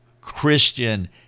Christian